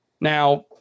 Now